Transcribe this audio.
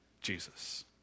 Jesus